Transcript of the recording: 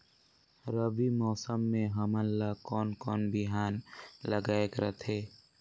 रबी मौसम मे हमन ला कोन कोन बिहान लगायेक रथे?